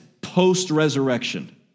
post-resurrection